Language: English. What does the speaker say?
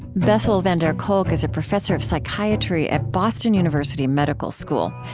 bessel van der kolk is a professor of psychiatry at boston university medical school,